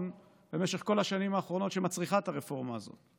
במשך כל השנים האחרונות שמצריך את הרפורמה הזאת.